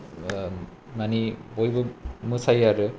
माने बयबो मोसायो आरो